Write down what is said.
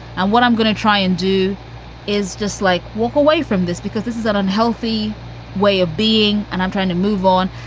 and what i'm gonna try and do is just like walk away from this, because this is an unhealthy way of being and i'm trying to move on.